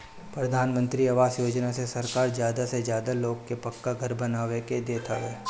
प्रधानमंत्री आवास योजना से सरकार ज्यादा से ज्यादा लोग के पक्का घर बनवा के देत हवे